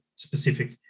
specific